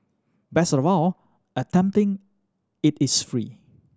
best of all attempting it is free